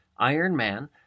Ironman